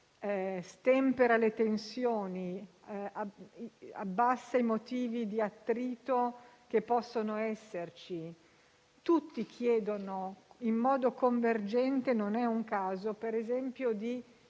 stempera le tensioni, abbassa i motivi di attrito che possono esserci. Tutti chiedono in modo convergente - non è un caso - di